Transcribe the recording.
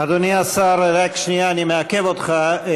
אדוני השר, רק שנייה, אני מעכב אותך.